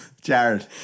Jared